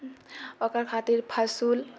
ओकरा खातिर फसिल